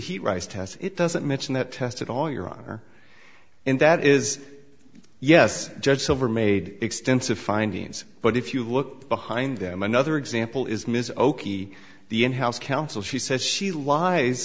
heat rise test it doesn't mention that test at all your honor and that is yes judge silver made extensive findings but if you look behind them another example is ms okey the in house counsel she says she lies